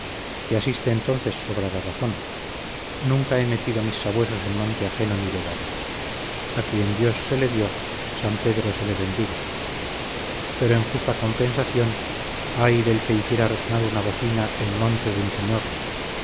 te asiste entonces sobrada razón nunca he metido mis sabuesos en monte ajeno ni vedado a quien dios se le dio san pedro se le bendiga pero en justa compensación ay del que hiciera resonar una bocina en monte de mi señor